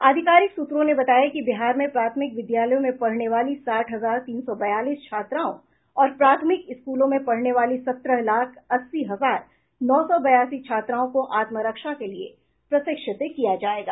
आधिकारिक सूत्रों ने बताया कि बिहार में प्राथमिक विद्यालयों में पढ़ने वाली साठ हजार तीन सौ बयालीस छात्राओं और प्राथमिक स्कूलों में पढ़ने वाली सत्रह लाख अस्सी हजार नौ सौ बयासी छात्राओं को आत्म रक्षा के लिए प्रशिक्षित किया जायेगा